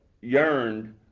yearned